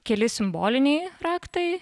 keli simboliniai raktai